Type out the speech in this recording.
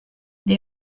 they